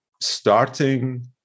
starting